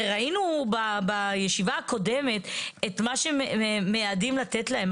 הרי ראינו בישיבה הקודמת את מה שמיעדים לתת להם,